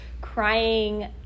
crying